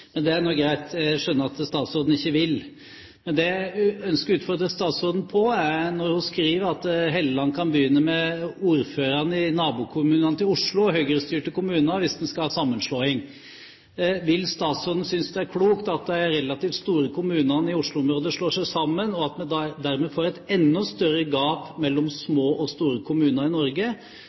Men det er greit, jeg skjønner at statsråden ikke vil. Det jeg ønsker å utfordre statsråden på, er når hun skriver at Helleland kan begynne med ordførerne i nabokommunene til Oslo – Høyre-styrte kommuner – hvis han skal ha sammenslåing. Synes statsråden det er klokt at de relativt store kommunene i Oslo-området slår seg sammen, og at vi dermed får et enda større gap mellom små og store kommuner i Norge?